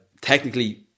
technically